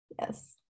Yes